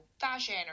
fashion